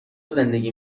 زندگی